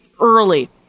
early